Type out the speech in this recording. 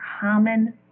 common